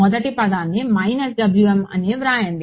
మొదటి పదాన్ని wm అని వ్రాయండి